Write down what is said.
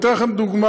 אני אתן לכם דוגמה.